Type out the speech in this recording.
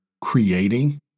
creating